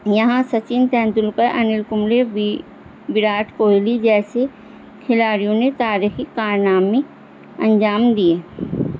یہاں سچن تینندولکر انل کمل وراٹ کوہلی جیسے کھلاڑیوں نے تاریخی کارنامی انجام دیے